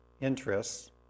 interests